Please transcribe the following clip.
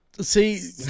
See